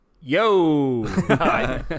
Yo